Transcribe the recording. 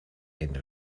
into